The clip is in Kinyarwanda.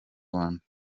rwanda